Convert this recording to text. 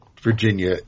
Virginia